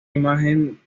imagen